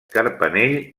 carpanell